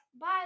Bye